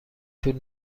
طول